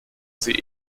sie